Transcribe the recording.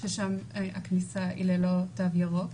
ששם הכניסה היא ללא תו ירוק,